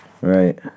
Right